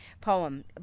poem